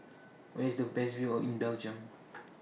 Where IS The Best View in Belgium